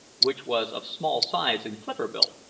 which was of small size and clipper-built.